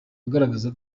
igaragaza